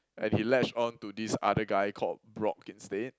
and he latch on to this other guy called Brock instead